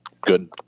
good